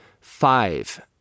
Five